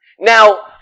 Now